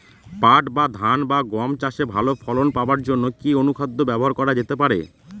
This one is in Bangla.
পাট বা ধান বা গম চাষে ভালো ফলন পাবার জন কি অনুখাদ্য ব্যবহার করা যেতে পারে?